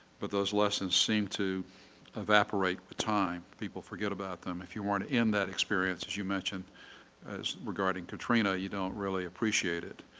but those lessons seem to evaporate with time. people forget about them. if you weren't in that experience, as you mentioned regarding katrina, you don't really appreciate it.